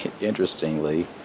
Interestingly